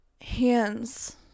Hands